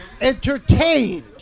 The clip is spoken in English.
entertained